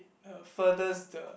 uh furthers the